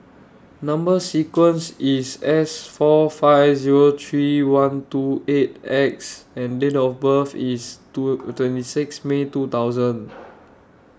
Number sequence IS S four five Zero three one two eight X and Date of birth IS two twenty six May two thousand